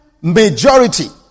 majority